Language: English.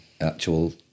actual